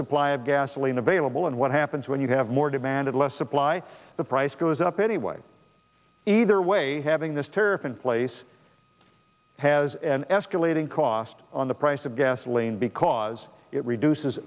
supply of gasoline available and what happens when you have more demand of less supply the price goes up anyway either way having this tariff in place has an escalating cost on the price of gasoline because it reduces